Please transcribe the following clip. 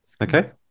Okay